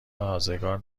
آزگار